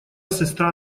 сестра